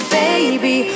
baby